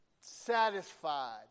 satisfied